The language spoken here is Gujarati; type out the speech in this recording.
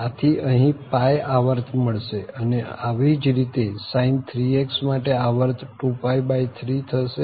આથી અહીં આવર્ત મળશે અને આવી જ રીતે sin 3x માટે આવર્ત 2π3 થશે